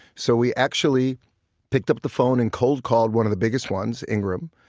so we actually picked up the phone and cold called one of the biggest ones, ingram.